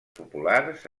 populars